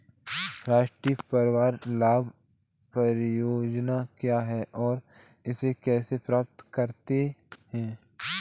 राष्ट्रीय परिवार लाभ परियोजना क्या है और इसे कैसे प्राप्त करते हैं?